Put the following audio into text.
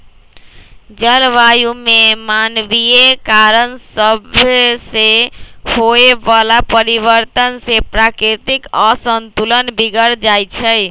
जलवायु में मानवीय कारण सभसे होए वला परिवर्तन से प्राकृतिक असंतुलन बिगर जाइ छइ